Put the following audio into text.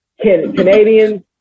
Canadians